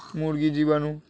মুরগির জীবাণু